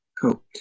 cool